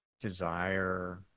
desire